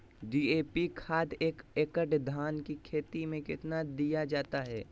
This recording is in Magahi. डी.ए.पी खाद एक एकड़ धान की खेती में कितना दीया जाता है?